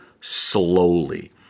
slowly